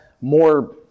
more